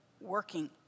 working